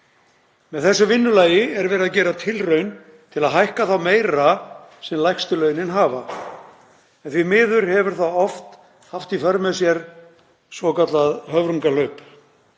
Með þessu vinnulagi er verið að gera tilraun til að hækka þá meira sem lægstu launin hafa en því miður hefur það oft haft í för með sér svokallað höfrungahlaup.